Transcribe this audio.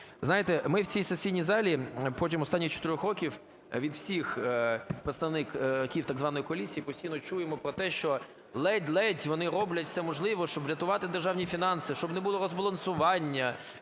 знаєте, ми в цій сесійній залі протягом останніх 4 років від всіх представників так званої коаліції постійно чуємо про те, що ледь-ледь вони роблять все можливе, щоб врятувати державні фінанси, щоб не було розбалансування,